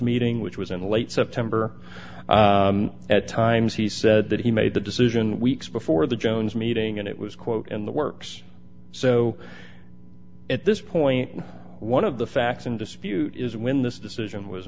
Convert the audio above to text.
meeting which was in late september at times he said that he made the decision weeks before the jones meeting and it was quote in the works so at this point one of the facts in dispute is when this decision was